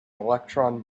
electron